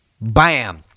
Bam